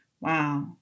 Wow